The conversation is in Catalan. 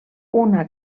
una